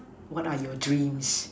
what are your dreams